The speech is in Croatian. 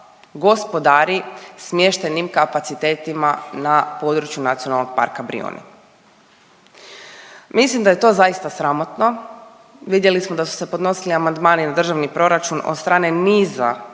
gospodari smještajnim kapacitetima na području Nacionalnog parka Brijuni. Mislim da je to zaista sramotno. Vidjeli smo da su se podnosili amandmani na državni proračun od strane niza